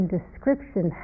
description